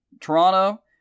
Toronto